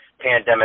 pandemic